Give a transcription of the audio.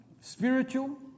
spiritual